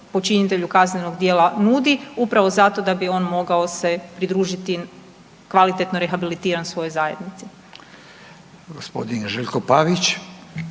počinitelju kaznenog djela nudi upravo zato da bi on mogao se pridružiti kvalitetno rehabilitiran svojoj zajednici.